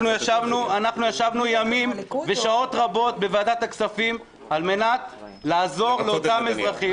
אנחנו ישבנו ימים ושעות רבות בוועדת הכספים על מנת לעזור לאותם אזרחים.